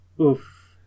Oof